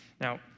Now